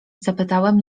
zapytałem